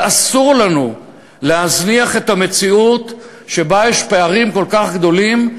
ואסור לנו להזניח את המציאות שבה יש פערים כל כך גדולים,